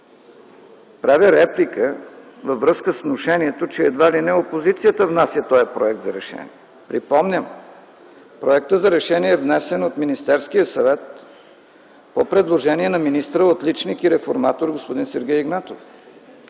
правя реплика във връзка с внушението, че едва ли не опозицията внася тоя Проект за решение. Припомням: Проектът за решение е внесен от Министерския съвет по предложение на министъра – отличник и реформатор, господин Сергей Игнатов.